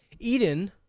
Eden